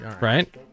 right